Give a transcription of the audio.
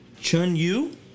Chun-Yu